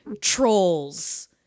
Trolls